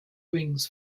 wings